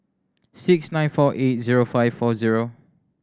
six nine four eight zero five four zero